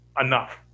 enough